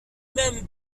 même